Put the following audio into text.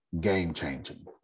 game-changing